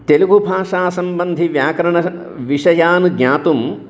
तेलुगुभाषासम्बन्धि व्याकरणविषयान् ज्ञातुं